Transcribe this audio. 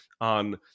on